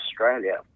Australia